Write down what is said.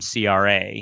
CRA